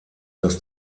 dass